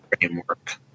framework